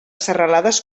serralades